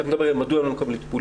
מדוע הם לא מקבלים טיפול,